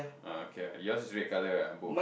uh okay ah yours is red color ah both